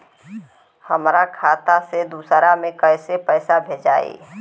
हमरा खाता से दूसरा में कैसे पैसा भेजाई?